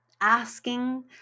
asking